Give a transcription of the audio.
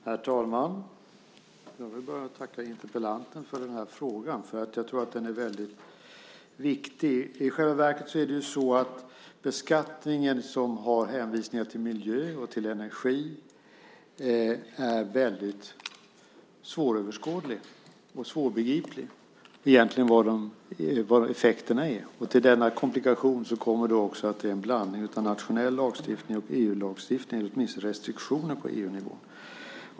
Herr talman! Jag vill tacka interpellanten för frågan, för jag tror att den är väldigt viktig. I själva verket är den beskattning som har hänvisningar till miljö och energi väldigt svåröverskådlig och svårbegriplig när det gäller vad effekterna är. Till denna komplikation kommer också att det är en blandning av nationell lagstiftning och EU-lagstiftning, eller åtminstone restriktioner på EU-nivå.